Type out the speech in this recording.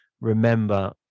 remember